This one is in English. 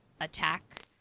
attack